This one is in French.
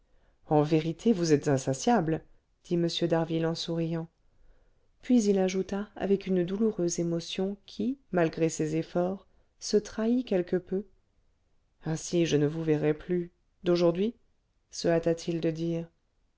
en vérité vous êtes insatiable dit m d'harville en souriant puis il ajouta avec une douloureuse émotion qui malgré ses efforts se trahit quelque peu ainsi je ne vous verrai plus d'aujourd'hui se hâta-t-il de dire